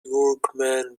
workman